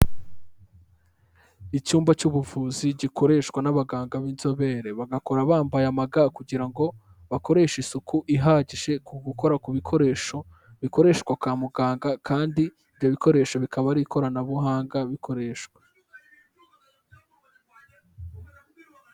Icyumba cy'ubuvuzi gikoreshwa n'abaganga b'inzobere, bagakora bambaye amaga kugira ngo bakoreshe isuku ihagije ku gukora ku bikoresho, bikoreshwa kwa muganga kandi ibyo bikoresho bikaba ari ikoranabuhanga bikoreshwa.